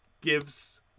gives